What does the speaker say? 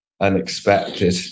unexpected